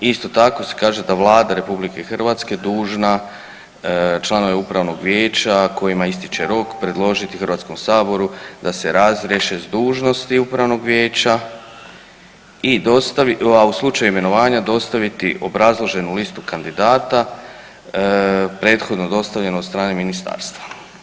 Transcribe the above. Isto tako se kaže da je Vlada RH dužna članove upravnog vijeća kojima ističe rok predložiti HS da se razriješe s dužnosti upravnog vijeća, a u slučaju imenovanja dostaviti obrazloženu listu kandidata prethodno dostavljenu od strane ministarstva.